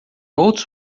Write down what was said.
outros